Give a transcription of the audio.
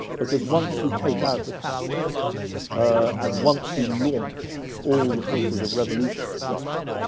because once you take out the capstone and once you launch all the forces of revolution in russia,